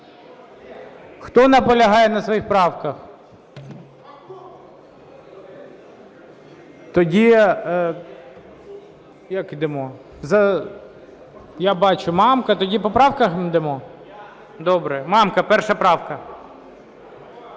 Хто наполягає на своїх правках?